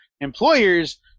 employers